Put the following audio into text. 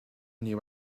knew